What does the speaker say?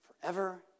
forever